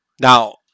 Now